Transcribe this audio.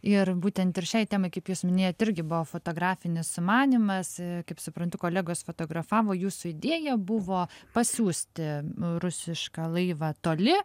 ir būtent ir šiai temai kaip jūs minėjot irgi buvo fotografinis sumanymas kaip suprantu kolegos fotografavo jūsų idėja buvo pasiųsti rusišką laivą toli